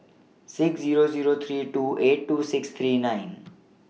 six Zero Zero three two eight two six three nine